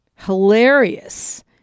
Hilarious